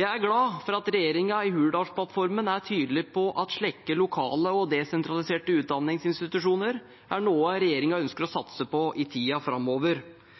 Jeg er glad for at regjeringen i Hurdalsplattformen er tydelig på at slike lokale og desentraliserte utdanningsinstitusjoner er noe regjeringen ønsker å satse på i tiden framover.